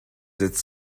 its